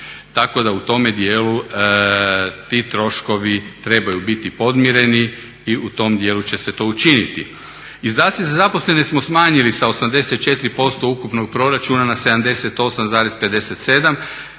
Tako da u tome dijelu ti troškovi trebaju biti podmireni i u tom dijelu će se to učiniti. Izdaci za zaposlene smo smanjili sa 84% ukupnog proračuna na 78,57%.